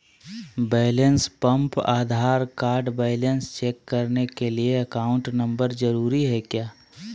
Balance pump Aadhaar card balance check करने के लिए अकाउंट नंबर जरूरी है क्या?